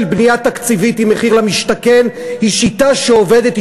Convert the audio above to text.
שהשיטה של בנייה תקציבית עם מחיר למשתכן היא שיטה שעובדת,